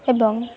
ଏବଂ